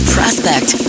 Prospect